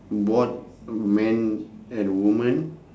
bored man and woman